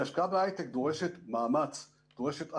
כי השקעה בהיי-טק דורשת מאמץ, דורשת הבנה,